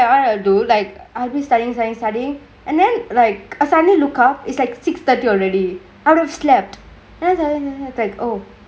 I do like are we studyingk studyingk studyingk and then like uh suddenly lookout it's like six thirty already out of slept as an attack oh